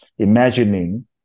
imagining